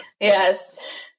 Yes